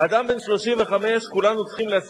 הגברת נעלמת,